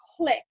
click